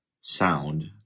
sound